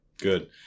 Good